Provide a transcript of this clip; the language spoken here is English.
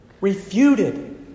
refuted